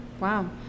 Wow